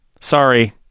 sorry